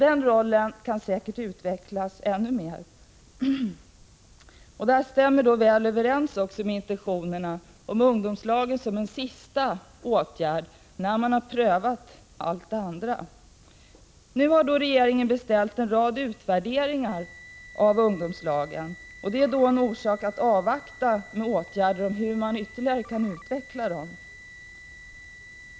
Den rollen kan säkert utvecklas ännu mer. Den stämmer också väl överens med intentionerna om ungdomslagen som en sista åtgärd, när allt annat har prövats. Regeringen har nu beställt en rad utvärderingar av ungdomslagen. Det är då anledning att avvakta med åtgärder för att ytterligare utveckla dem.